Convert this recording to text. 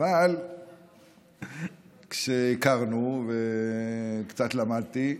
אבל כשהכרנו וקצת למדתי,